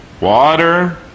water